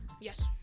Yes